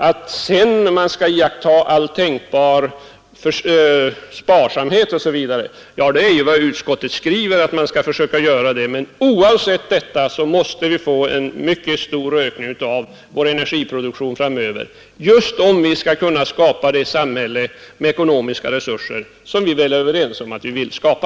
Att man sedan skall iaktta all tänkbar sparsamhet osv., det är ju just vad utskottet skriver. Men oavsett detta måste vi få en mycket stor ökning av vår energiproduktion framöver just för att kunna skapa det samhälle med ekonomiska resurser som vi väl är överens om att vi vill skapa.